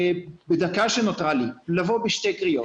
בדקה שנותרה לי אני רוצה לבוא בשתי קריאות.